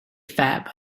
fat